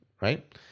right